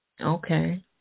Okay